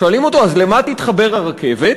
שואלים אותו: אז למה תתחבר הרכבת?